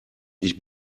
ich